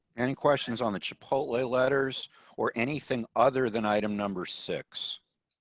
any questions on the chipotle. a letters or anything other than item number six.